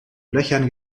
löchern